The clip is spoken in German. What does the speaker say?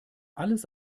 alles